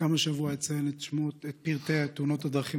גם השבוע אציין את פרטי תאונות הדרכים